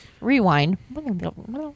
Rewind